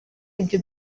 ibyo